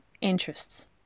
interests